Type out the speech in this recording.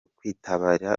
kwitabira